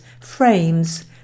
frames